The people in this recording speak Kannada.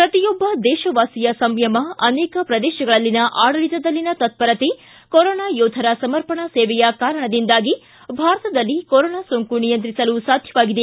ಪ್ರತಿಯೊಬ್ಲ ದೇಶವಾಸಿಯ ಸಂಯಮ ಅನೇಕ ಪ್ರದೇಶಗಳಲ್ಲಿನ ಆಡಳಿತದಲ್ಲಿನ ತತ್ವರತೆ ಕರೋನಾ ಯೋಧರ ಸಮರ್ಪಣಾ ಸೇವೆಯ ಕಾರಣದಿಂದಾಗಿ ಭಾರತದಲ್ಲಿ ಕೊರೋನಾ ಸೋಂಕು ನಿಯಂತ್ರಿಸಲು ಸಾಧ್ವವಾಗಿದೆ